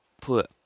put